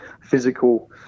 physical